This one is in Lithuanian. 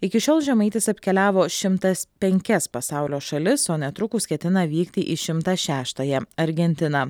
iki šiol žemaitis apkeliavo šimtas penkias pasaulio šalis o netrukus ketina vykti į šimtas šeštąją argentiną